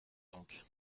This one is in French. donc